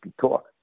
talk